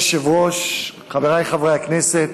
אדוני היושב-ראש, חבריי חברי הכנסת,